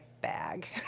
bag